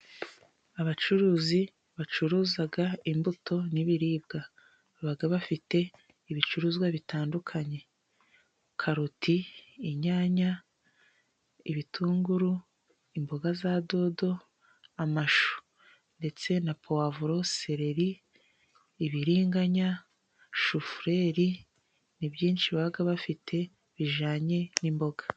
Abacuruzi bacuruza imbuto n'ibiribwa babaga bafite ibicuruzwa bitandukanye karoti, inyanya ibitunguru imboga za dodo, amashu ndetse na puwavuro, seleri ibiriganya shufureri ni byinshi baba bafite bijyanye n'imboga.